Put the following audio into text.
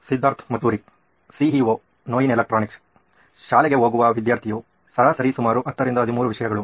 Siddharth Maturi CEO Noyin electronics ಶಾಲೆಗೆ ಹೋಗುವ ವಿದ್ಯಾರ್ಥಿಯು ಸರಾಸರಿ ಸುಮಾರು 10 ರಿಂದ 13 ವಿಷಯಗಳು